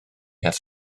ers